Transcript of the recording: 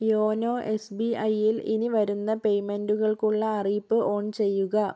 YONO എസ്ബിഐയിൽ ഇനിവരുന്ന പേയ്മെൻറ്റുകൾക്കുള്ള അറിയിപ്പ് ഓൺ ചെയ്യുക